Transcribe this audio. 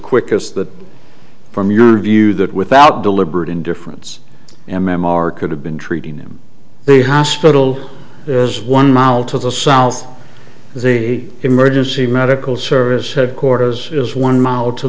quickest that from your view that without deliberate indifference m m r could have been treating him they hospital is one mile to the south the emergency medical service headquarters is one mile to